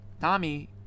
Tommy